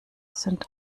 sind